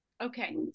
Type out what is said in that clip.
okay